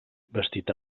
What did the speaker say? vestit